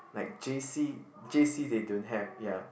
like j_c j_c they don't have ya